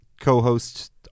co-host